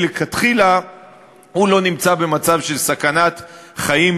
מלכתחילה הוא לא נמצא במצב של סכנת חיים,